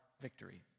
victory